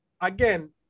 again